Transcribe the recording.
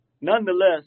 nonetheless